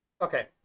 okay